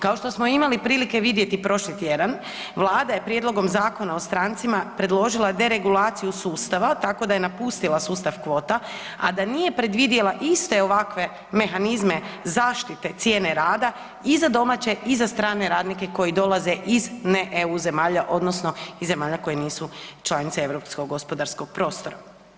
Kao što smo imali prilike vidjeti prošli tjedan, Vlada je prijedlogom Zakona o strancima predložila deregulaciju sustava tako da je napustila sustav kvota a da nije predvidjela iste ovakve mehanizme zaštite cijene rada i za domaće i za strane radnike koji dolaze iz ne EU zemalja odnosno iz zemalja koje nisu članice europskog gospodarskog prostora.